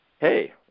hey